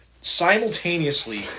simultaneously